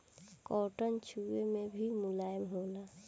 cotton छुवे मे भी मुलायम होला